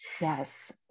Yes